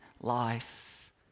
life